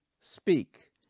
speak